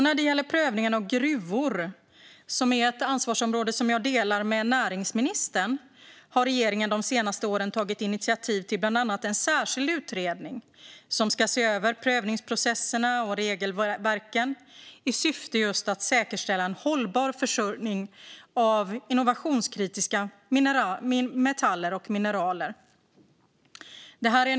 När det gäller prövningen av gruvor - som är ett ansvarsområde jag delar med näringsministern - har regeringen de senaste åren tagit initiativ till bland annat en särskild utredning som ska se över prövningsprocesser och regelverk i syfte att säkerställa en hållbar försörjning av innovationskritiska metaller och mineraler.